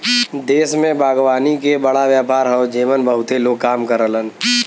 देश में बागवानी के बड़ा व्यापार हौ जेमन बहुते लोग काम करलन